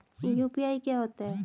UPI क्या होता है?